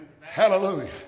Hallelujah